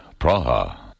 Praha